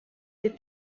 des